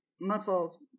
muscle